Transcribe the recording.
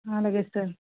అలాగే సార్